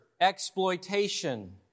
exploitation